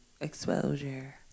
Exposure